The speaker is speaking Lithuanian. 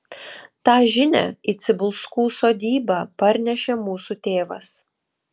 tą žinią į cibulskų sodybą parnešė mūsų tėvas